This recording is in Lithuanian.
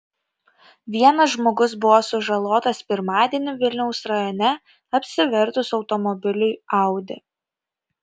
vienas žmogus buvo sužalotas pirmadienį vilniaus rajone apsivertus automobiliui audi